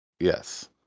Yes